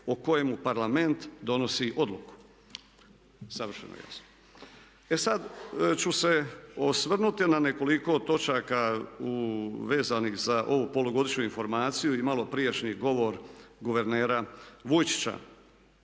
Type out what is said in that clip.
o kojemu parlament donosi odluku. Savršeno jasno. E sad ću se osvrnuti na nekoliko točaka vezanih za ovu polugodišnju informaciju i malo prijašnji govor guvernera Vujčića.